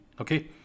okay